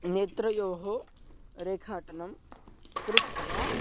नेत्रयोः रेखाटनं कृत्वा